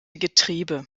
getriebe